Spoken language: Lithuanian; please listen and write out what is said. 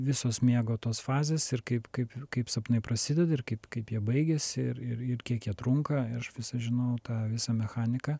visos miego tos fazės ir kaip kaip kaip sapnai prasideda ir kaip kaip jie baigiasi ir ir ir kiek jie trunka ir aš visą žinau tą visą mechaniką